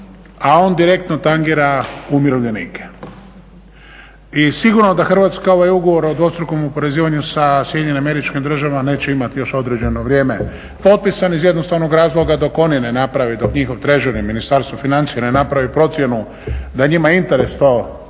a on direktno tangira umirovljenike. I sigurno da Hrvatska ovaj ugovor o dvostrukom oporezivanju sa SAD-om neće imati još određeno vrijeme potpisan iz jednostavnog razloga dok oni ne naprave, dok njihov … Ministarstvo financija ne napravi procjenu da je njima interes to napraviti